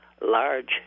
large